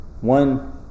one